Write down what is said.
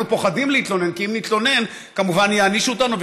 אנחנו פוחדים להתלונן כי אם נתלונן כמובן יענישו אותנו.